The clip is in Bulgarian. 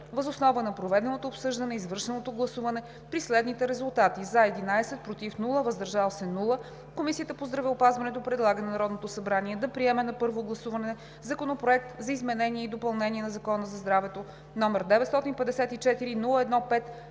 Въз основа на проведеното обсъждане и извършеното гласуване с 11 гласа „за”, без „против“ и „въздържал се“ Комисията по здравеопазването предлага на Народното събрание да приеме на първо гласуване Законопроект за изменение и допълнение на Закона за здравето, № 954-01-5,